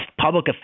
public